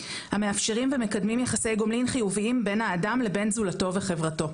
המאפשרים ומקדמים יחסי גומלין חיוביים בין האדם לבין זולתו וחברתו.